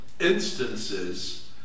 instances